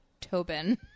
Tobin